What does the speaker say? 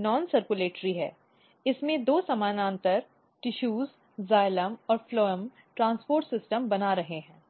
गैर सर्कुलेटरी है और इसमें दो समानांतर टिशूज जाइलम और फ्लोएमphloem's ट्रांसपोर्ट सिस्टम बना रहे हैं